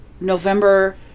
November